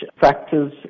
factors